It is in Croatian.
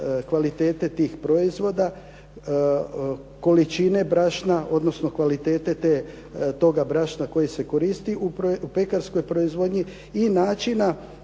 kvalitete tih proizvoda, količine brašna odnosno kvalitete toga brašna koje se koristi u pekarskoj proizvodnji i načina